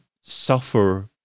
suffer